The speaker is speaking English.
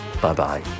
bye-bye